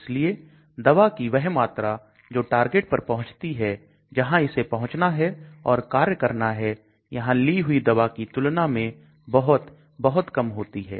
इसलिए दवा कि वह मात्रा जो टारगेट पर पहुंचती है जहां इसे पहुंचना है और कार्य करना है यहां ली हुई दवा की तुलना में बहुत बहुत कम होती है